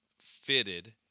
fitted